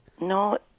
No